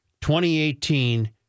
2018